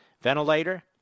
ventilator